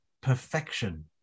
perfection